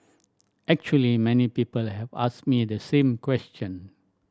actually many people have asked me the same question